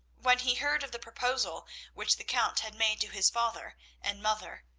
when he heard of the proposal which the count had made to his father and mother,